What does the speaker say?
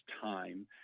time